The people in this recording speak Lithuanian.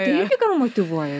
tai irgi gal motyvuoja